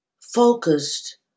focused